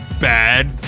Bad